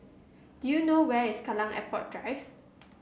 do you know where is Kallang Airport Drive